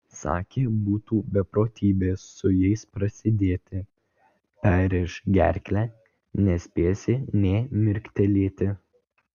sakė būtų beprotybė su jais prasidėti perrėš gerklę nespėsi nė mirktelėti